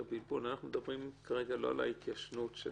אנחנו לא מדברים כרגע על התיישנות של